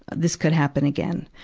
this could happen again.